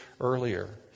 earlier